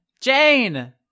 Jane